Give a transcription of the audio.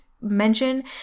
mention